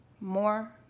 more